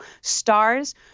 stars